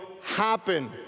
happen